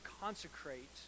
consecrate